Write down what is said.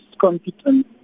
competent